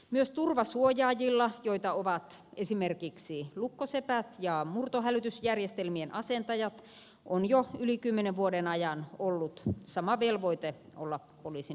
myös turvasuojaajilla joita ovat esimerkiksi lukkosepät ja murtohälytysjärjestelmien asentajat on jo yli kymmenen vuoden ajan ollut sama velvoite olla poliisin hyväksymiä